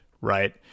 right